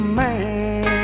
man